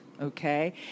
okay